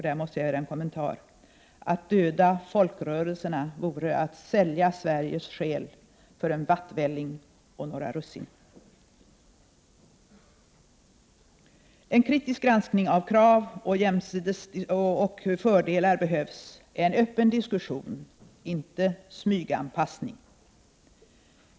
Där måste jag göra en kommentar: Att döda folkrörelserna vore att sälja Sveriges själ för en vattvälling och några russin. En kritisk granskning av krav och fördelar behövs, en öppen diskussion, inte smyganpassning.